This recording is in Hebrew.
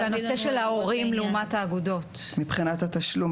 הנושא של ההורים לעומת האגודות --- מבחינת התשלום,